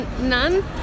none